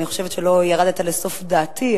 אני חושבת שלא ירדת לסוף דעתי,